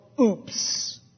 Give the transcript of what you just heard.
oops